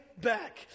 Back